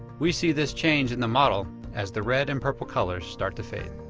we see this change in the model as the red and purple colors start to fade.